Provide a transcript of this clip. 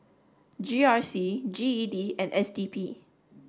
G R C G E D and S D P